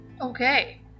Okay